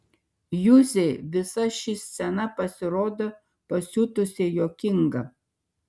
juzei visa ši scena pasirodė pasiutusiai juokinga